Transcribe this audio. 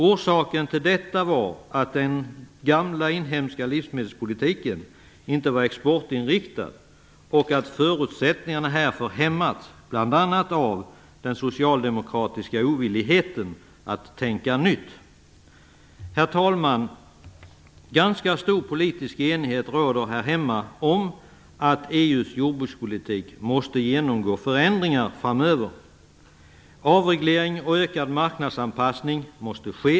Orsaken till detta var att den gamla inhemska livsmedelspolitiken inte var exportinriktad och att förutsättningarna härför hämmats, bl.a. av den socialdemokratiska ovilligheten att tänka nytt. Herr talman! Ganska stor politisk enighet råder här hemma om att EU:s jordbrukspolitik måste genomgå förändringar framöver. Avreglering och ökad marknadsanpassning måste ske.